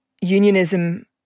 unionism